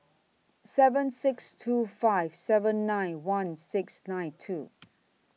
seven six two five seven nine one six nine two